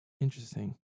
Interesting